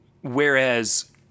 Whereas